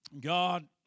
God